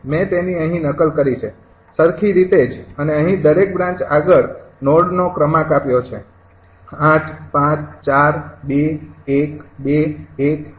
મેં તેની અહીં નકલ કરી છે સરખી રીતે જ અને અહીં દરેક બ્રાન્ચ આગળ નોડોનો ક્રમાંક આપ્યો છે ૮૫૪૨૧૨૧૧